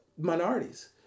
Minorities